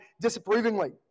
disapprovingly